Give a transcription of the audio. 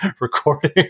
recording